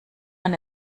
man